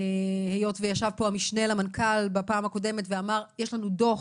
היות שישב פה המשנה למנכ"ל בפעם הקודמת ואמר: יש לנו דוח,